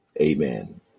Amen